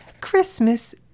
Christmas